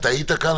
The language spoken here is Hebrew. אתה היית כאן,